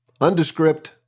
undescript